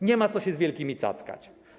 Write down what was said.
Nie ma co się z wielkimi cackać.